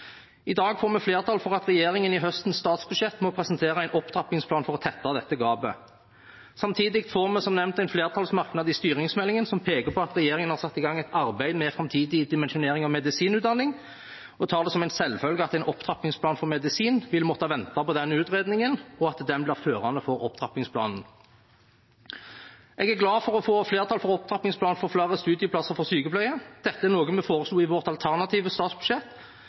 I dag får vi flertall for at regjeringen i høstens statsbudsjett må presentere en opptrappingsplan for å tette dette gapet. Samtidig er det som nevnt en merknad i styringsmeldingen som peker på at regjeringen har satt i gang et arbeid med framtidig dimensjonering av medisinutdanningen, og jeg tar det som en selvfølge at en opptrappingsplan for medisin vil måtte vente på den utredningen, og at den blir førende for opptrappingsplanen. Jeg er glad for å få flertall for opptrappingsplanen for flere studieplasser for sykepleie. Dette er noe vi foreslo i vårt alternative statsbudsjett,